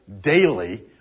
daily